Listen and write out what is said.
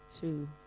Two